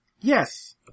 Yes